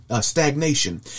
stagnation